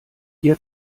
ihr